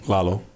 Lalo